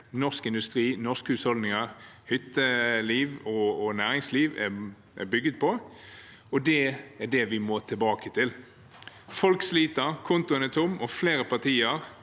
norsk industri, norske husholdninger, hytteliv og næringsliv – er bygget på, og det er det vi må tilbake til. Folk sliter, kontoen er tom, og flere partier